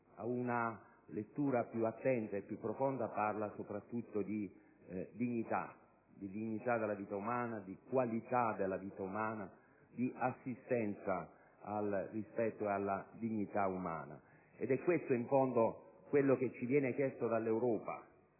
a una lettura più attenta e più profonda, parla soprattutto di dignità e di qualità della vita umana, di assistenza nel rispetto della dignità umana. È questo in fondo quello che ci viene chiesto dall'Europa